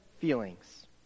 feelings